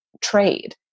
trade